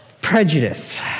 prejudice